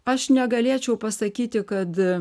aš negalėčiau pasakyti kad